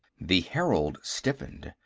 the herald stiffened.